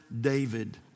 David